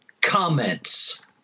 comments